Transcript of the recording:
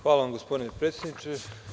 Hvala vam, gospodine predsedniče.